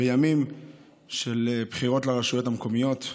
אנחנו בימים של בחירות לרשויות המקומיות.